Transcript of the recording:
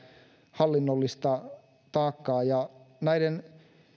hallinnollista taakkaa näiden